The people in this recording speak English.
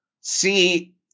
See